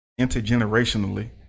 intergenerationally